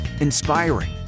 inspiring